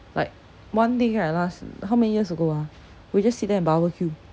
like one day like last how many years ago ah we just sit there and barbeque